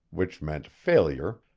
which meant failure,